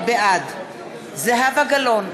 בעד זהבה גלאון,